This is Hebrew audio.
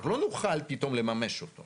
אנחנו לא נוכל פתאום לממש אותו,